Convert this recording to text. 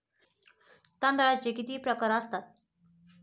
तांदळाचे किती प्रकार असतात?